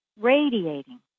radiating